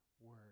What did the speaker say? word